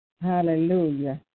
Hallelujah